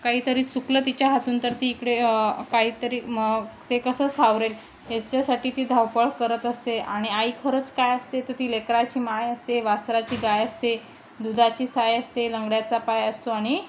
काहीतरी चुकलं तिच्या हातून तर ती इकडे काहीतरी ते कसं सावरेल याच्यासाठी ती धावपळ करत असते आणि आईखरंच काय असते तं ती लेकराची माय असते वासराची गाय असते दुधाची साई असते लंगड्याचा पाय असतो आणि